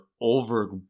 over